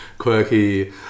Quirky